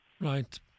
Right